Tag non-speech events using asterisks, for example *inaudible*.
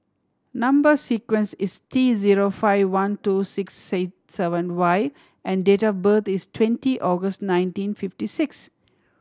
number sequence is T zero five one two six *unintelligible* seven Y and date of birth is twenty August nineteen fifty six